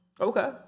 Okay